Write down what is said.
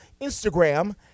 Instagram